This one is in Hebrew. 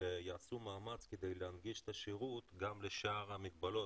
ויעשו מאמץ כדי להנגיש את השירות גם לשאר המגבלות,